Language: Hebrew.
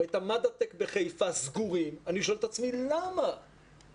או את המדע-טק בחיפה סגורים אני שואל את עצמי למה זה.